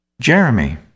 Jeremy